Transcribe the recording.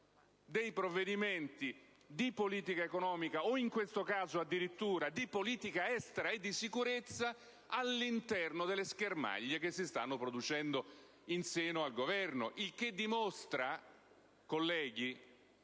dei provvedimenti di politica economica, in questo caso addirittura di politica estera e di sicurezza, all'interno delle schermaglie che si stanno producendo in seno al Governo. Questo dimostra, colleghi,